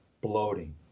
bloating